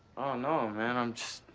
no, man, i'm just